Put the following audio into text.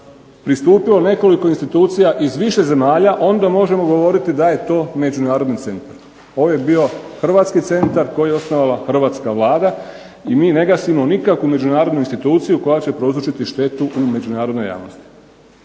pristupilo nekoliko institucija iz više zemalja, onda možemo govoriti da je to međunarodni centar. Ovo je bio hrvatski centar koji je osnovala hrvatska Vlada, i mi ne gasimo nikakvu međunarodnu instituciju koja će prouzročiti štetu u međunarodnoj javnosti.